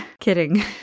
Kidding